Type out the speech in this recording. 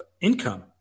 income